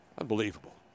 Unbelievable